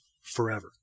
forever